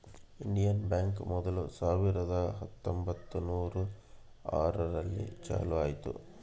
Indian bank ಮೊದ್ಲು ಸಾವಿರದ ಹತ್ತೊಂಬತ್ತುನೂರು ಆರು ರಲ್ಲಿ ಚಾಲೂ ಆಯ್ತು